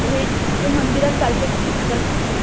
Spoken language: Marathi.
आहे तो मंदिरात चालते का फिरायला म्हटलं